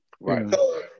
Right